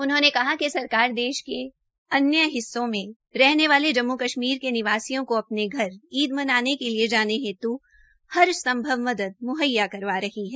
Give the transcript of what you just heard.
उन्होंने कहा कि सरकार देश के अन्य हिस्सों में रहने वाले जम्मू कश्मीर के निवासियों को अपने घर ईद मनाने के लिए जाने हेत् हर संभव मदद मुहैया करवा रही है